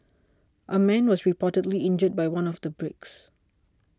a man was reportedly injured by one of the bricks